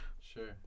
Sure